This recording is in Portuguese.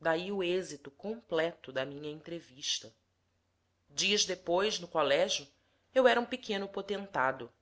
daí o êxito completo da minha entrevista dias depois no colégio eu era um pequeno potentado